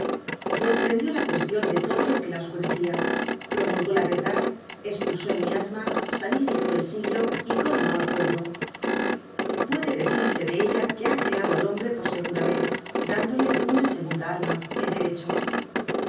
desprendió la cuestion de todo lo que la oscurecia promulgó la verdad espulsó el miasma sanificó el siglo y coronó al pueblo puede decirse de ella que ha creado al hombre por segunda vez dándole una segunda alma el derecho